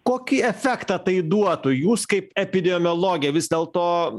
kokį efektą tai duotų jūs kaip epidemiologė vis dėlto